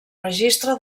registre